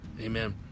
Amen